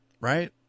right